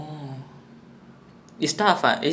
ya like ஆரம்பத்துல இருந்த:aarambathula iruntha